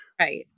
Right